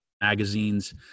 magazines